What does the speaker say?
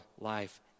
life